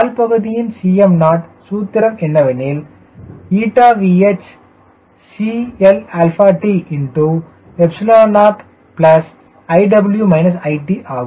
வால் பகுதியின் Cm0 சூத்திரம் என்னவெனில் ηVHCLt0 iw it ஆகும்